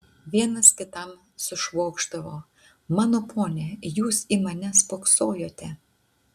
vienas kitam sušvokšdavo mano pone jūs į mane spoksojote